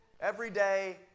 everyday